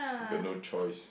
you got no choice